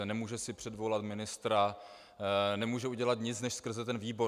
Nemůže si předvolat ministra, nemůže udělat nic než skrze ten výbor.